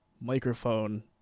microphone